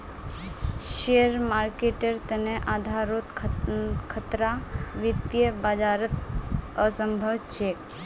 share मार्केटेर तने आधारोत खतरा वित्तीय बाजारत असम्भव छेक